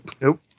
Nope